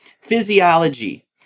physiology